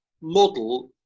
model